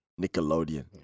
Nickelodeon